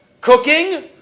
Cooking